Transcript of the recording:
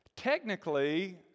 Technically